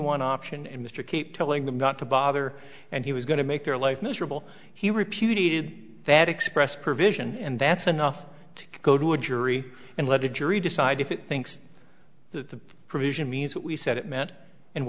one option and mr keep telling them not to bother and he was going to make their life miserable he repudiated that express provision and that's enough to go to a jury and let a jury decide if it thinks the provision means what we said it meant and